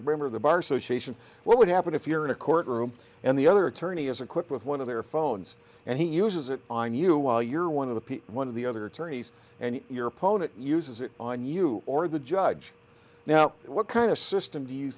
association what would happen if you're in a court room and the other attorney is equipped with one of their phones and he uses it on you while you're one of the one of the other attorneys and your opponent uses it on you or the judge now what kind of system do you